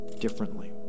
differently